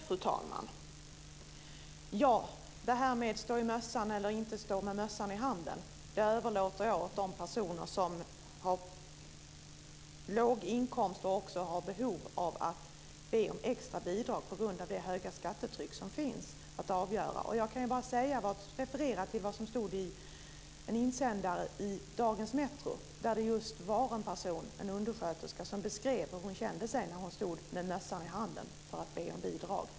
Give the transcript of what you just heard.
Fru talman! Ja, att behöva stå eller inte med mössan i hand överlåter jag att avgöra till de personer som har låg inkomst och också behov av att be om extra bidrag på grund av det höga skattetryck som finns. Jag kan bara referera till vad som stod i en insändare i dagens Metro, där en undersköterska beskrev hur hon kände sig när hon stod med mössan i hand för att be om bidrag.